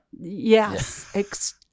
Yes